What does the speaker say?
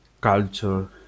culture